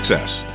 success